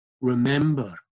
Remember